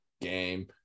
game